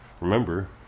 remember